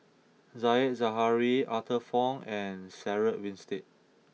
Said Zahari Arthur Fong and Sarah Winstedt